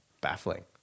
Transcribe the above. baffling